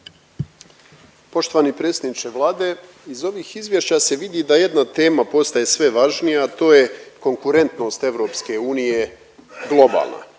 Poštovani predsjedniče Vlade, iz ovih izvješća se vidi da jedna tema postaje sve važnija, a to je konkurentnost EU globalna.